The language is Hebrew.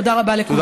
תודה רבה לכולכם.